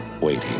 waiting